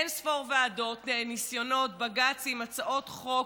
אין-ספור ועדות, ניסיונות, בג"צים, הצעות חוק.